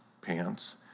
pants